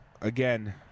again